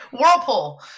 Whirlpool